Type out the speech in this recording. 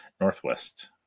northwest